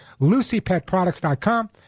LucyPetProducts.com